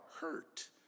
hurt